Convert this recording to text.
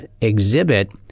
exhibit